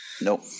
Nope